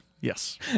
Yes